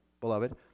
beloved